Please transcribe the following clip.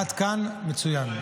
עד כאן מצוין.